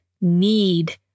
need